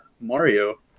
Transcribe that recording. Mario